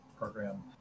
program